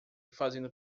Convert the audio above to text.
fazendo